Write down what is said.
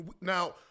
now